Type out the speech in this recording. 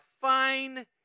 fine